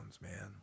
man